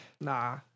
Nah